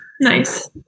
Nice